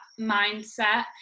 mindset